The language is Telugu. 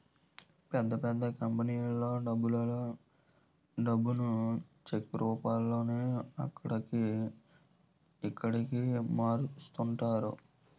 పెద్ద పెద్ద కంపెనీలలో డబ్బులలో డబ్బును చెక్ రూపంలోనే అక్కడికి, ఇక్కడికి మారుస్తుంటారట